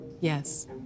Yes